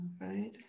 right